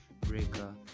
Breaker